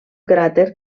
cràter